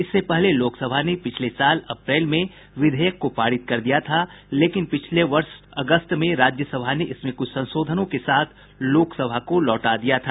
इससे पहले लोकसभा ने पिछले साल अप्रैल में विधेयक को पारित कर दिया था लेकिन पिछले वर्ष अगस्त में राज्यसभा ने इसमें कुछ संशोधनों के साथ लोकसभा को लौटा दिया था